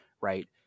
right